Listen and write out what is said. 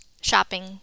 shopping